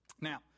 now